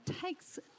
takes